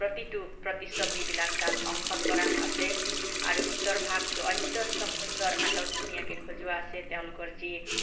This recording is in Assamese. প্ৰতিটো প্ৰতিচ্ছবিবিলাক তাত অংকন কৰা আছে আৰু ভিতৰ ভাগটো অত্যন্ত সুন্দৰ আটক ধুনীয়াকে সজোৱা আছে তেওঁলোকৰ যি